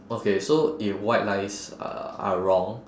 okay so if white lies uh are wrong